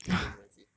要去 residency